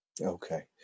Okay